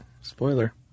Spoiler